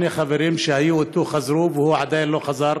שני חברים שהיו איתו חזרו, והוא עדיין לא חזר.